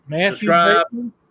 Subscribe